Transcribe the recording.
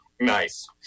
Nice